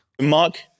Mark